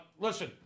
Listen